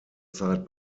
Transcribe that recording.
zeit